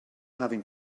having